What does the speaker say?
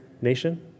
nation